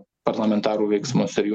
parlamentarų veiksmus ir jų